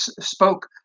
spoke